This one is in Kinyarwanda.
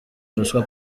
ruswa